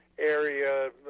Area